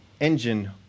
engine